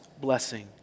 blessing